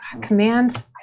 Command